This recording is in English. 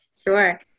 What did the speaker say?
Sure